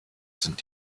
sind